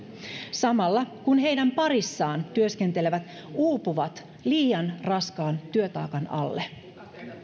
samalla kun heidän parissaan työskentelevät uupuvat liian raskaan työtaakan alle